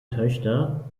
töchter